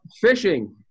Fishing